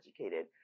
educated